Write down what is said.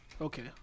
Okay